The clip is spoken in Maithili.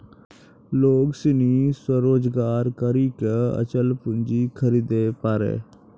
लोग सनी स्वरोजगार करी के अचल पूंजी खरीदे पारै